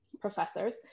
professors